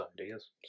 ideas